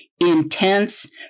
intense